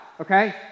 okay